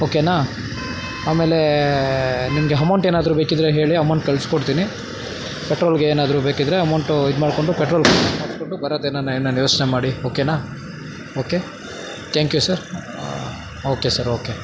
ಓಕೆನಾ ಅಮೇಲೇ ನಿಮಗೆ ಅಮೌಂಟ್ ಏನಾದರೂ ಬೇಕಿದ್ದರೆ ಹೇಳಿ ಅಮೌಂಟ್ ಕಳ್ಸ್ಕೊಡ್ತಿನಿ ಪೆಟ್ರೋಲ್ಗೆ ಏನಾದರೂ ಬೇಕಿದ್ದರೆ ಅಮೌಂಟು ಇದು ಮಾಡಿಕೊಂಡು ಪೆಟ್ರೋಲ್ ಹಾಕ್ಸ್ಬಿಟ್ಟು ಬರೊದೆನ ಏನ್ನಾನ ಯೋಚನೆ ಮಾಡಿ ಓಕೆನಾ okay thank you sir okay sir okay